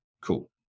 cool